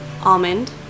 Almond